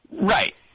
Right